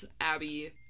Abby